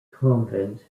convent